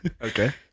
okay